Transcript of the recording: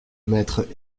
maître